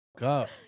up